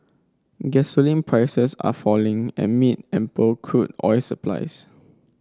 gasoline prices are falling amid ample crude oil supplies